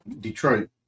Detroit